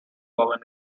warren